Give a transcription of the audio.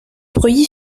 preuilly